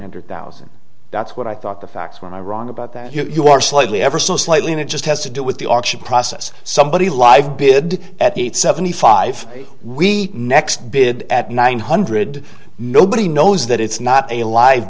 under thousand that's what i thought the facts when i wrong about that you're slightly ever so slightly and it just has to do with the auction process somebody live bid at eight seventy five we next bid at nine hundred nobody knows that it's not a live